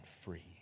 free